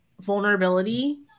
vulnerability